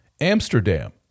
Amsterdam